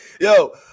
yo